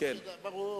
ברור,